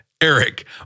Eric